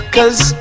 Cause